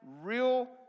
real